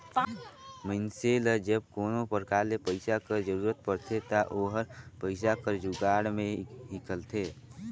मइनसे ल जब कोनो परकार ले पइसा कर जरूरत परथे ता ओहर पइसा कर जुगाड़ में हिंकलथे